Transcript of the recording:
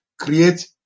Create